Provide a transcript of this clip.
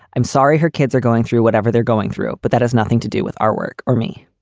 i'm sorry her kids are going through whatever they're going through, but that has nothing to do with our work or me